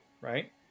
right